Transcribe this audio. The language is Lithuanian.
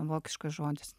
vokiškas žodis